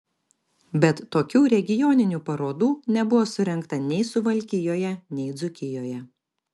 bet tokių regioninių parodų nebuvo surengta nei suvalkijoje nei dzūkijoje